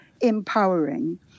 empowering